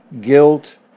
guilt